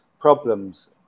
problems